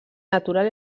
natural